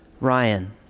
Ryan